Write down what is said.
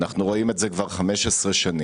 אנחנו רואים את זה כבר 15 שנים.